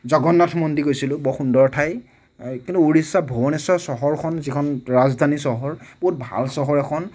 জগন্নাথ মন্দিৰ গৈছিলোঁ বৰ সুন্দৰ ঠাই কিন্তু উৰিষ্যাত ভূৱেনেশ্বৰ চহৰখন যিখন ৰাজধানী চহৰ বহুত ভাল চহৰ এখন